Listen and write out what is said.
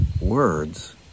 words